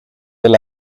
del